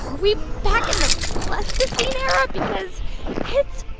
we back in the pleistocene era because it's